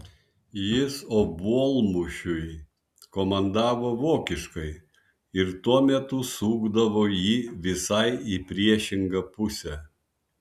jis obuolmušiui komandavo vokiškai ir tuo metu sukdavo jį visai į priešingą pusę